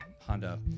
honda